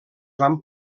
van